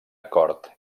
acord